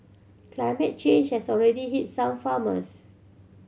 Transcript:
climate change has already hit some farmers